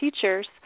teachers